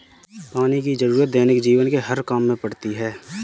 पानी की जरुरत दैनिक जीवन के हर काम में पड़ती है